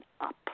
up